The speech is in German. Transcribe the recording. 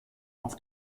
auf